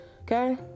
okay